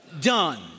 done